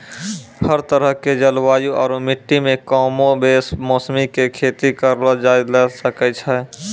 हर तरह के जलवायु आरो मिट्टी मॅ कमोबेश मौसरी के खेती करलो जाय ल सकै छॅ